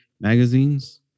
magazines